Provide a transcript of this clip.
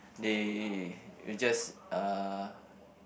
they they just uh